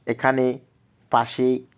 এখানে পাশে